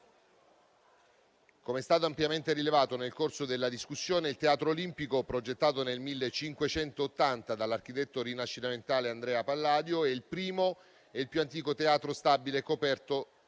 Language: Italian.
Come è stato ampiamente rilevato nel corso della discussione, il Teatro Olimpico, progettato nel 1580 dall'architetto rinascimentale Andrea Palladio, è il primo e più antico teatro stabile coperto dell'epoca moderna.